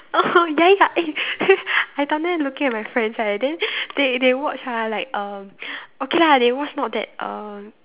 oh ya ya eh I down there looking at my friends right then they they watch ah like uh okay lah they watch not that uh